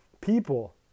people